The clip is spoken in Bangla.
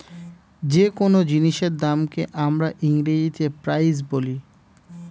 যে কোন জিনিসের দামকে আমরা ইংরেজিতে প্রাইস বলি